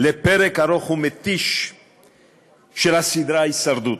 לפרק ארוך ומתיש של הסדרה "הישרדות",